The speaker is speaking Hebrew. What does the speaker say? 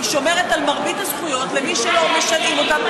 היא שומרת על מרבית הזכויות למי שלא משנעים אותם,